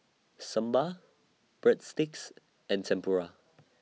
Sambar Breadsticks and Tempura